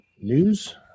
news